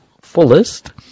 fullest